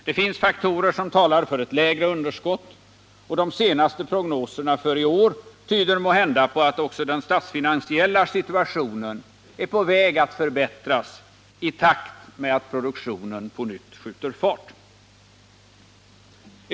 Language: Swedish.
Det finns faktorer som talar för ett lägre underskott, och de senaste prognoserna för i år tyder måhända på att också den statsfinansiella situationen är på väg att förbättras i takt med att produktionen på nytt skjuter fart.